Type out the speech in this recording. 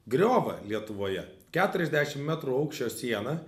griovą lietuvoje keturiasdešim metrų aukščio siena